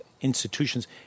institutions